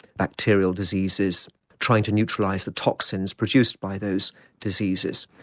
bacterial diseases trying to neutralise the toxins produced by those diseases.